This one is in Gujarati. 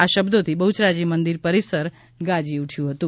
આ શબ્દોથી બહુચરાજી મંદિર પરિસર ગાજી ઉઠ્યું હતું